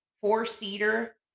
four-seater